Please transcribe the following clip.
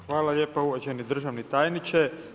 Hvala lijepa uvaženi državni tajniče.